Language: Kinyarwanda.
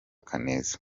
kaneza